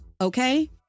Okay